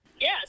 Yes